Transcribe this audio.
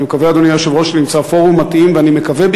אני מקווה,